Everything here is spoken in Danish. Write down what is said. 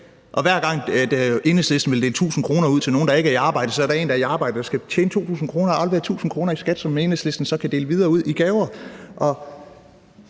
Hver gang Enhedslisten vil dele 1.000 kr. ud til nogen, der ikke er i arbejde, så er der en, der er i arbejde, der skal tjene 2.000 kr. og aflevere 1.000 kr. i skat, som Enhedslisten så kan dele videre ud som gaver.